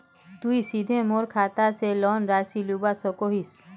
तुई सीधे मोर खाता से लोन राशि लुबा सकोहिस?